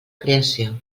creació